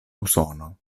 usono